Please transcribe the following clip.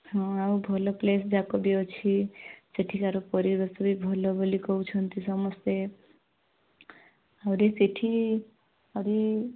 ହଁ ଆଉ ଭଲ ପ୍ଲେସ୍ ଯାକ ବି ଅଛି ସେଠିକାର ପରିବେଶ ବି ଭଲ ବୋଲି କହୁଛନ୍ତି ସମସ୍ତେ ଆହୁରି ସେଠି ଆହୁରି